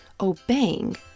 obeying